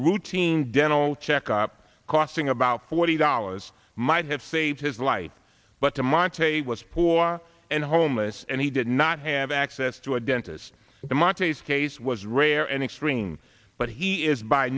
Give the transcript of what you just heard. routine dental checkup costing about forty dollars might have saved his life but the monterey was poor and homeless and he did not have access to a dentist the montes case was rare and extreme but he is by